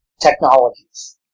technologies